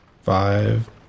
Five